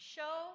Show